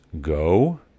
go